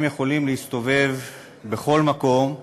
הם יכולים להסתובב בכל מקום,